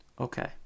okay